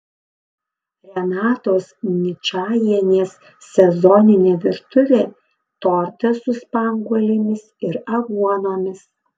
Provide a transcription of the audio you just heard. renatos ničajienės sezoninė virtuvė tortas su spanguolėmis ir aguonomis